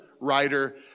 writer